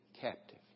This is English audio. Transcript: captive